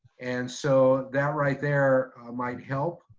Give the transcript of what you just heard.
and so that right there might help